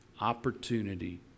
opportunity